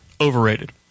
Overrated